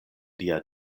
lia